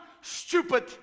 stupid